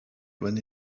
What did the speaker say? when